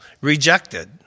rejected